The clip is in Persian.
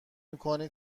میکنی